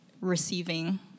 receiving